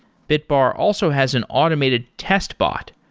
bitbar also has an automated test bot,